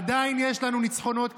עדיין יש לנו ניצחונות קטנים.